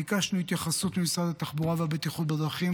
ביקשנו התייחסות ממשרד התחבורה והבטיחות בדרכים,